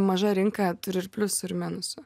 maža rinka turi ir pliusų ir minusų